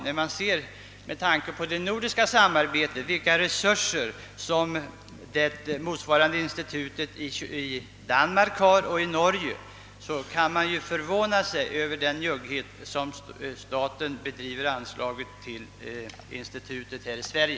När man ser vilka resurser som motsvarande institut i Danmark och Norge har, något som herr Sjönell talade om, förvånar man sig över statens njugghet mot institutet i Sverige.